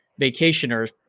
vacationers